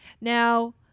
Now